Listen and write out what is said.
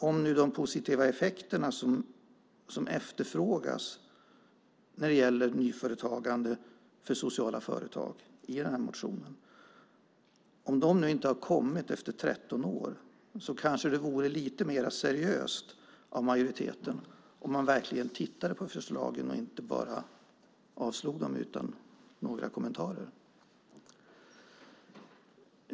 Om de positiva effekter som efterfrågas när det gäller nyföretagande för sociala företag inte har kommit efter 13 år kanske det vore mer seriöst av majoriteten att verkligen titta på förslagen och inte bara avslå dem utan kommentarer.